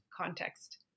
context